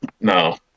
no